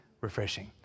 refreshing